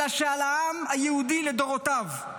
אלא של העם היהודי לדורותיו.